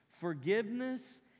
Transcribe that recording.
Forgiveness